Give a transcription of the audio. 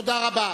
תודה רבה.